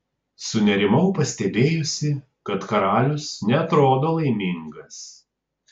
sunerimau pastebėjusi kad karalius neatrodo laimingas